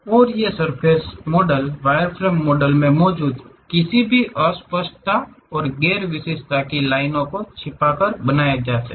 और ये surface model wireframe model में मौजूद किसी भी अस्पष्टता या गैर विशिष्टता की लाइनों को छिपाकर बनाए जाते हैं